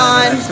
on